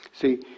See